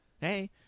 Hey